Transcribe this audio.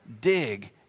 dig